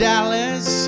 Dallas